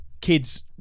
kids